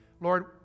Lord